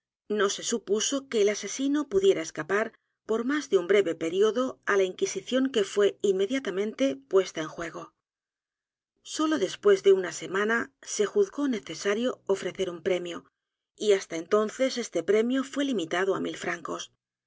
no se supuso que el asesino pudiera escapar por más de un breve período á la inquisición que fué inmediatamente puesta el misterio de maría rogét en juego sólo después de una semana se juzgó necesario ofrecer un premio y hasta entonces este premio fué limitado á mil francos